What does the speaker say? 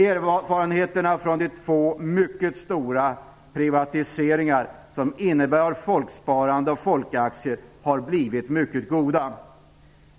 Erfarenheterna från de två mycket stora privatiseringar som innefattat folksparande och folkaktier har blivit mycket goda.